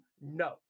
No